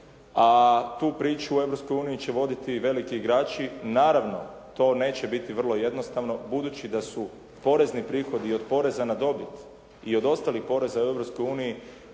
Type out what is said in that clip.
u Europskoj uniji će voditi veliki igrači. Naravno to neće biti vrlo jednostavno, budući da su porezni prihodi i od poreza na dobit i od ostalih poreza u